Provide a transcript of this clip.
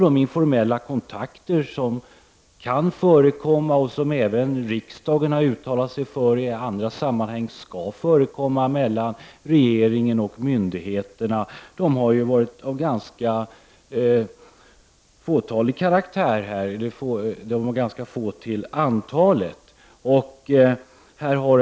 De informella kontakter som kan förekomma, och som även riksdagen har uttalat sig för i andra sammanhang skall förekomma mellan regeringen och myndigheterna, har varit ganska få till antalet.